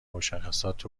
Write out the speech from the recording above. مشخصات